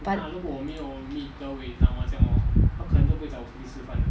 but